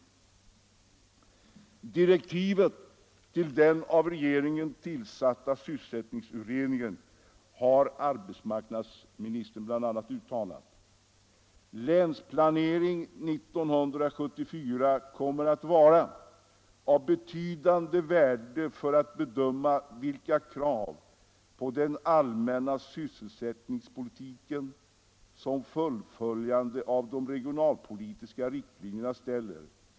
I direktiven till den av regeringen tillsatta sysselsättningsutredningen har arbetsmarknadsministern bl.a. uttalat: ”Länsplanering 1974 —-—-- kommer sålunda att vara av betydande värde för att bedöma vilka krav på den allmänna sysselsättningspolitiken, som fullföljandet av de regionalpolitiska riktlinjerna ställer.